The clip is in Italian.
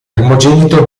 primogenito